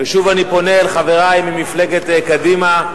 ושוב אני פונה לחברי ממפלגת קדימה: